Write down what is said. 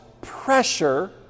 pressure